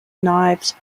knives